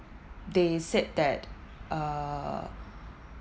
they said that uh